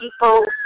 people